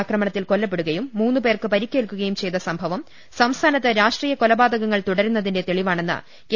അക്രമത്തിൽ കൊല്ലപ്പെടുകയും മൂന്ന് പേർക്ക് പരിക്കേൽക്കുകയും ചെയ്ത സംഭവം സംസ്ഥാനത്ത് രാഷ്ട്രീയ കൊലപാതകങ്ങൾ തുടരുന്നതിന്റെ തെളിവാണെന്ന് കെ